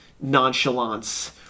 nonchalance